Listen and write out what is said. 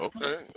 Okay